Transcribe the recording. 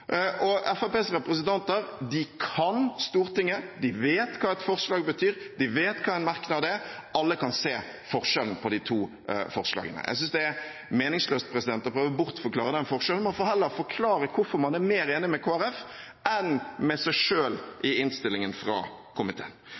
handle. Fremskrittspartiets representanter kan Stortinget, de vet hva et forslag betyr, de vet hva en merknad er, alle kan se forskjellen på de to forslagene. Jeg synes det er meningsløst å prøve å bortforklare den forskjellen. Man får heller forklare hvorfor man er mer enig med Kristelig Folkeparti enn med seg selv i innstillingen fra komiteen.